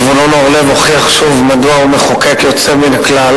זבולון אורלב הוכיח שוב מדוע הוא מחוקק יוצא מן הכלל.